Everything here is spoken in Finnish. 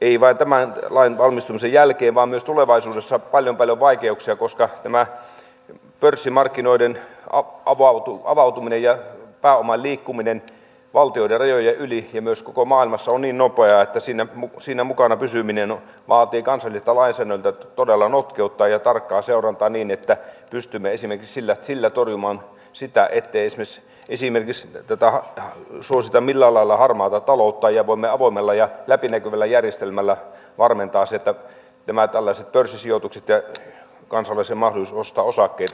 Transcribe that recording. ei vain tämän lain valmistumisen jälkeen vaan myös tulevaisuudessa paljon paljon vaikeuksia koska tämä pörssimarkkinoiden avautuminen ja pääoman liikkuminen valtioiden rajojen yli ja myös koko maailmassa on niin nopeaa että siinä mukana pysyminen vaatii kansalliselta lainsäädännöltä todella notkeutta ja tarkkaa seurantaa niin että pystymme esimerkiksi sillä torjumaan sitä että esimerkiksi suosittaisiin jollain lailla harmaata taloutta ja että voimme avoimella ja läpinäkyvällä järjestelmällä varmentaa nämä tällaiset pörssisijoitukset ja kansalaisen mahdollisuuden ostaa osakkeita